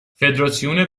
فدراسیون